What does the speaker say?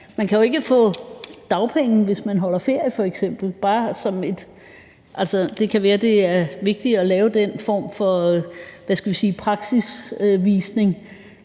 Man kan jo ikke få dagpenge, hvis man f.eks. holder ferie. Altså, det kan være, det er vigtigt at lave den form for praksisvisning.